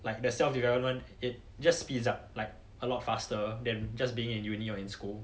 like the self development it just speeds up like a lot faster than just being in uni or in school